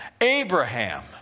Abraham